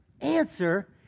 answer